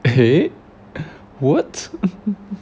wait what